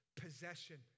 possession